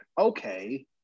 okay